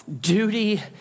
duty